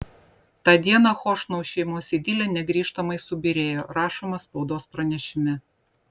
tą dieną chošnau šeimos idilė negrįžtamai subyrėjo rašoma spaudos pranešime